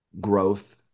growth